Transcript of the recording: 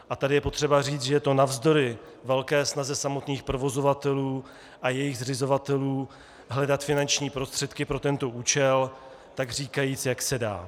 A tady je potřeba říct, že je to navzdory velké snaze samotných provozovatelů a jejich zřizovatelů hledat finanční prostředky pro tento účel takříkajíc jak se dá.